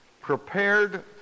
prepared